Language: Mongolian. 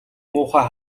муухай